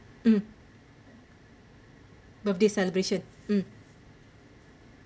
mm birthday celebration mm